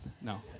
No